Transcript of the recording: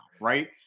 right